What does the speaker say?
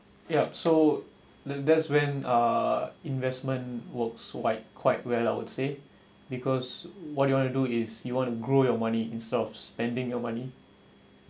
yup so that's when uh investment works quite quite well I would say because what you want to do is you want to grow your money instead of spending your money